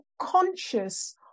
conscious